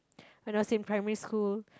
when I was in primary school